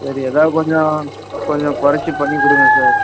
சரி ஏதாவது கொஞ்சம் கொஞ்சம் குறைச்சு பண்ணிக் கொடுங்க சார்